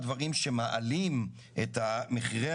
שבחברה הערבית יש בעיה שקיימת הרבה יותר מאשר בחברה